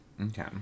Okay